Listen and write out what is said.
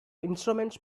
instruments